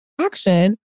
action